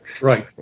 Right